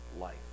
life